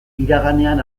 iraganean